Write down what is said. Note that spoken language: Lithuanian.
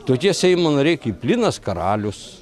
tokie seimo nariai kaip linas karalius